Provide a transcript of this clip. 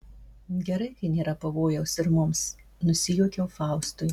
gerai kai nėra pavojaus ir mums nusijuokiau faustui